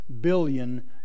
billion